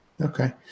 Okay